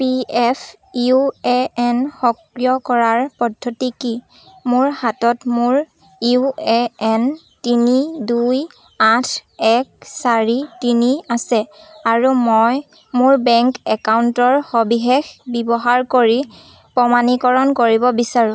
P F U A N সক্ৰিয় কৰাৰ পদ্ধতি কি মোৰ হাতত মোৰ ইউ এ এন তিনি দুই আঠ এক চাৰি তিনি আছে আৰু মই মোৰ বেংক একাউণ্টৰ সবিশেষ ব্যৱহাৰ কৰি প্ৰমাণীকৰণ কৰিব বিচাৰো